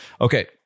okay